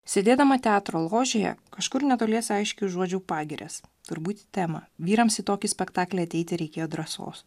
sėdėdama teatro ložėje kažkur netoliese aiškiai užuodžiau pagirias turbūt į temą vyrams į tokį spektaklį ateiti reikėjo drąsos